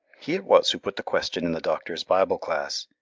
he it was who put the question in the doctor's bible class,